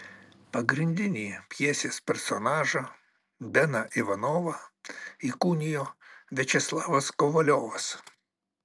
pagrindinį pjesės personažą beną ivanovą įkūnijo viačeslavas kovaliovas